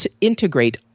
integrate